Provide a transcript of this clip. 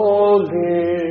Holy